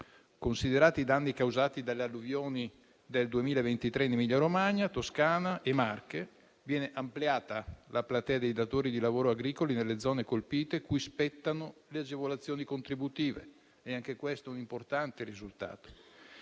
Considerati i danni causati dalle alluvioni del 2023 in Emilia-Romagna, Toscana e Marche, viene ampliata la platea dei datori di lavoro agricoli nelle zone colpite cui spettano le agevolazioni contributive. Anche questo è un importante risultato.